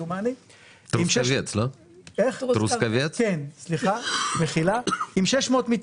טרוסקבץ, עם 600 מיטות,